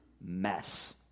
mess